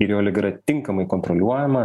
ir jo liga yra tinkamai kontroliuojama